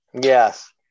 Yes